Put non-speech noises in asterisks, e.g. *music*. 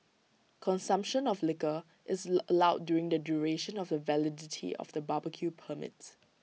consumption of liquor is *hesitation* allowed during the duration of the validity of the barbecue permit